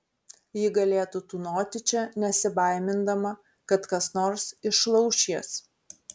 ji galėtų tūnoti čia nesibaimindama kad kas nors išlauš jas